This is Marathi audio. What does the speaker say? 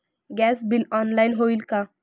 गॅस बिल ऑनलाइन होईल का?